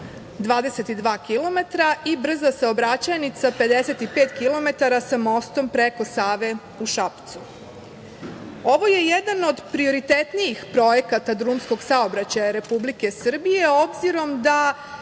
22 km i brza saobraćajnica 55 km sa mostom preko Save u Šapcu. Ovo je jedan od prioritetnih projekata drumskog saobraćaja Republike Srbije, obzirom da